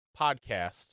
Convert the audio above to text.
podcast